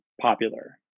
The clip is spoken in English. popular